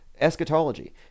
eschatology